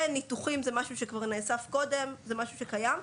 וניתוחים זה משהו שכבר נאסף קודם, זה משהו שקיים.